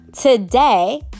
Today